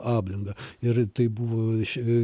ablingą ir tai buvo ši